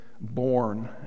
born